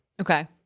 Okay